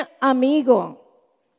amigo